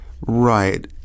Right